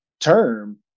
term